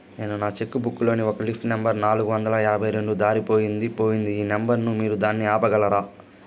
నేను నా cheque book లోని ఒక లీఫ్ నెంబర్ నాలుగు వందల యాభై రెండు దారిపొయింది పోయింది ఈ నెంబర్ ను మీరు దాన్ని ఆపగలరా?